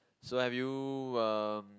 so have you um